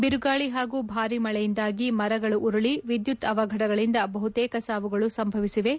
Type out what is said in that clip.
ಬಿರುಗಾಳಿ ಹಾಗೂ ಭಾರೀ ಮಳೆಯಿಂದಾಗಿ ಮರಗಳು ಉರುಳಿ ವಿದ್ಶುತ್ ಅವಘಡಗಳಿಂದ ಬಹುತೇಕ ಸಾವುಗಳು ಸಂಭವಿಸಿವೆ